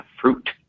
fruit